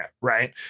right